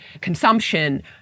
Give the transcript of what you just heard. consumption